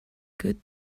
good